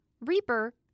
Reaper